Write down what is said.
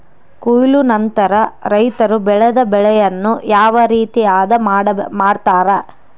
ಕೊಯ್ಲು ನಂತರ ರೈತರು ಬೆಳೆದ ಬೆಳೆಯನ್ನು ಯಾವ ರೇತಿ ಆದ ಮಾಡ್ತಾರೆ?